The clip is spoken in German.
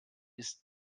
ist